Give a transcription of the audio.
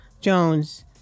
jones